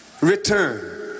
Return